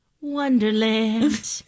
Wonderland